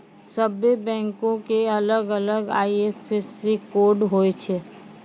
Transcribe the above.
सभ्भे बैंको के अलग अलग आई.एफ.एस.सी कोड होय छै